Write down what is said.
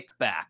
kickback